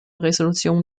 resolution